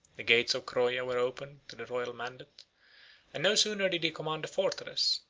the gates of croya were opened to the royal mandate and no sooner did he command the fortress,